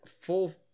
full